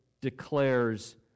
declares